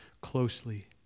closely